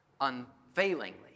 unfailingly